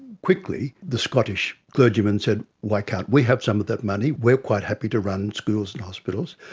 quickly the scottish clergyman said why can't we have some of that money? we are quite happy to run schools and hospitals.